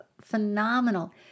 phenomenal